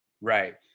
right